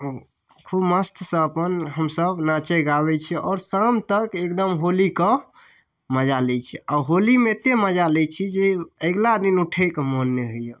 खूब मस्तसँ हम सब अपन नाचय गाबय छै आओर शाम तक एकदम होलीके मजा लै छी आओर होलीमे एते मजा लै छी जे अगिला दिन उठैके मोन नहि होइए